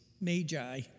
magi